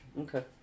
Okay